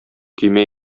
көймә